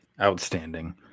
outstanding